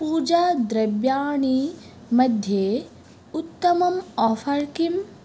पूजा द्रव्याणि मध्ये उत्तमम् आफ़र् किम्